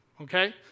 Okay